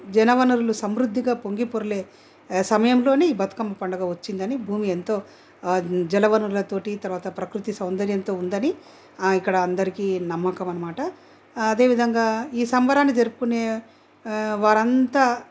జనవర్ణులు సమృధ్ధిగా పొంగి పొర్లే సమయంలోని ఈ బతుకమ్మ పండుగ వచ్చిందని భూమి ఎంతో జనవర్ణులతోటి తరవాత ప్రకృతి సౌందర్యంతో ఉందని ఇక్కడ అందరికీ నమ్మకం అన్నమాట అదే విధంగా ఈ సంబరాన్ని జరుపుకునే వారంతా